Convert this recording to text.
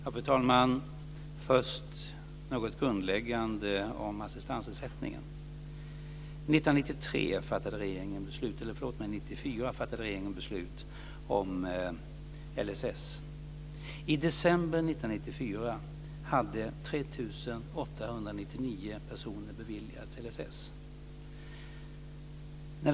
Fru talman! Först något grundläggande om assistansersättningen. År 1994 fattade regeringen beslut om LSS. I december 1994 hade 3 899 personer beviljats assistans enligt LSS.